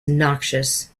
noxious